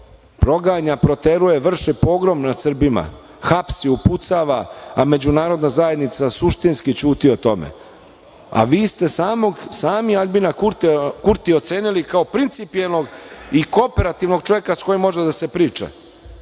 proganja, proteruje, vrši pogrom nad Srbima, hapsi, upucava, a Međunarodna zajednica suštinski ćuti o tome. A vi ste sami Aljbina Kurtija ocenili kao principijelnog i kooperativnog čoveka s kojim može da se priča.